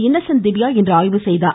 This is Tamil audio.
இன்னசென்ட் திவ்யா இன்று ஆய்வு செய்தார்